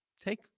Take